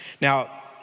Now